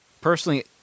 personally